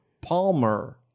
Palmer